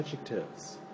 adjectives